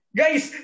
guys